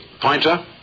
pointer